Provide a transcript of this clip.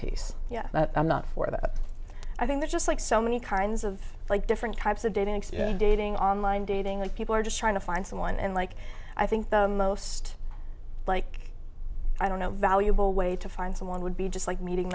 that i'm not for that i think that just like so many kinds of like different types of dating experience dating online dating like people are just trying to find someone and like i think the most like i don't know valuable way to find someone would be just like meeting